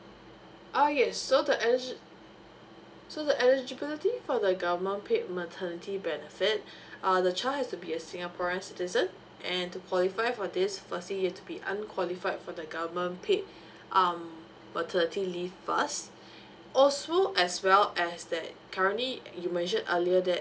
ah yes so the eleg so the eligibility for the government paid maternity benefit uh the child has to be a singaporean citizen and to qualify for this firstly you have to be unqualified for the government paid um maternity leave first also as well as that currently you mentioned earlier that